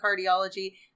cardiology